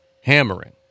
Hammering